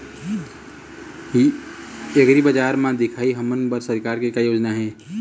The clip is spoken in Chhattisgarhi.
एग्रीबजार म दिखाही हमन बर सरकार के का योजना हे?